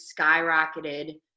skyrocketed